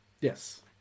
yes